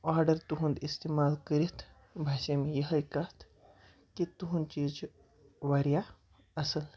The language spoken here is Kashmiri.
آرڈَر تُہُنٛد استعمال کٔرِتھ باسے مےٚ یِہے کَتھ کہِ تُہُنٛد چیٖز چھُ واریاہ اَصٕل